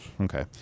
okay